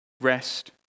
Rest